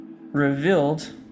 Revealed